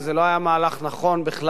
וזה לא היה מהלך נכון בכלל,